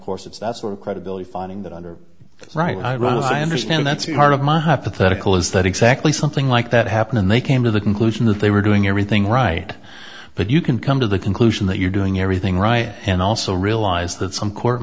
course it's that sort of credibility finding that under the right runs i understand that's the heart of my hypothetical is that exactly something like that happened and they came to the conclusion that they were doing everything right but you can come to the conclusion that you're doing everything right and also realize that some court